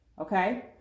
okay